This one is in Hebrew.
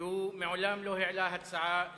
שהוא מעולם לא העלה הצעה לחייב,